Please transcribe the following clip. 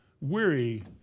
Weary